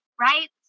right